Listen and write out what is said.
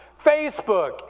Facebook